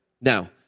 Now